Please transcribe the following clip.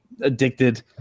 addicted